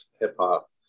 hip-hop